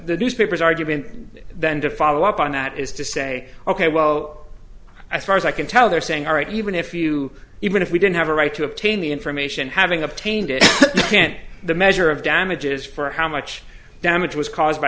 the newspapers argument then to follow up on that is to say ok well as far as i can tell they're saying are right even if you even if we didn't have a right to obtain the information having obtained it can't be the measure of damages for how much damage was caused by